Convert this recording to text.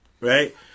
Right